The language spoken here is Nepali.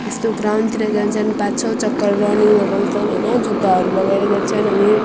यस्तो ग्राउन्डतिर जान्छौँ पाँच छ चक्कर रनिङ लगाउँछौँ होइन जुत्ताहरू लगाएर जान्छौँ अनि